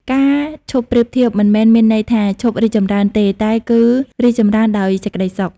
ការឈប់ប្រៀបធៀបមិនមែនមានន័យថា "ឈប់រីកចម្រើន" ទេ តែគឺ "រីកចម្រើនដោយសេចក្តីសុខ"។